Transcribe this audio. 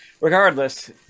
regardless